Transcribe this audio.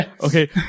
Okay